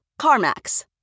CarMax